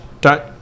dot